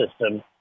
System